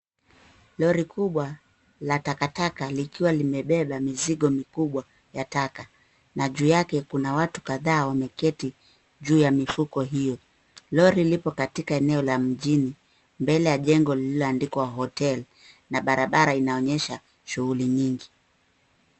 Lori kubwa la takataka likiwa limebeba mizigo mikubwa ya taka. Na juu yake kuna watu kadhaa wameketi juu ya mifuko hiyo. Lori lipo katika eneo la mjini mbele ya jengo lililoandikwa hotel na barabara inaonyesha shughuli nyingi.